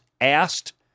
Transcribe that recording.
asked